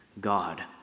God